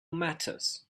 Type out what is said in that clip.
matters